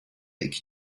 iki